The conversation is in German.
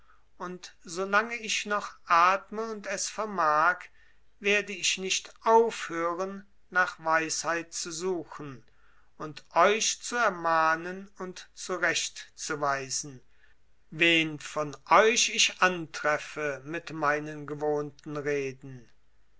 und solange ich noch atme und es vermag werde ich nicht aufhören nach weisheit zu suchen und euch zu ermahnen und zurechtzuweisen wen von euch ich antreffe mit meinen gewohnten reden